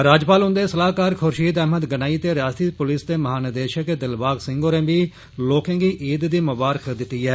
राज्यपाल हुन्दे सलाहकार खुर्शीद अहमद गनेई ते रियासती पुलिस दे महा निदेशक दिलबाग सिंह होरें बी लोकें गी ईद दी मुबारख दिती ऐ